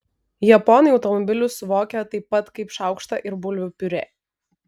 japonai automobilius suvokia taip pat kaip šaukštą ir bulvių piurė